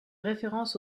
référence